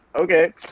okay